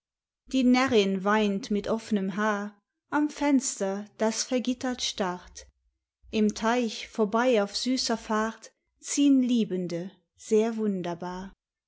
die närrin weint mit offnem haar am fenster das vergittert starrt im teich vorbei auf süßer fahrt ziehn liebende sehr wunderbar